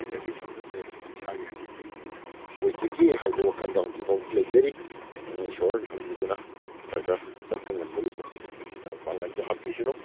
ꯍꯩꯅꯕꯤ ꯊꯝꯕꯁꯦ ꯏꯁꯥꯒꯤ ꯍꯩꯅꯕꯤ ꯑꯣꯏꯖꯒꯦ ꯍꯥꯏꯕ ꯋꯥꯈꯟꯗ ꯍꯧꯖꯤꯛ ꯐꯥꯏꯗꯤ ꯂꯩꯖꯔꯤ ꯏꯁꯣꯔꯅ ꯊꯝꯕꯤꯗꯅ ꯈꯔ ꯈꯔ ꯆꯠꯄ ꯉꯝꯕꯒꯤ ꯄꯥꯡꯒꯟꯁꯨ ꯍꯥꯞꯄꯤꯁꯅꯨ